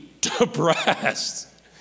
depressed